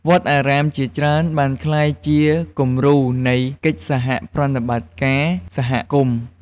វត្តអារាមជាច្រើនបានក្លាយជាគំរូនៃកិច្ចសហប្រតិបត្តិការសហគមន៍។